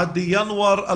עד ינואר?